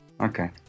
Okay